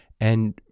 And-